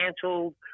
canceled